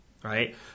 Right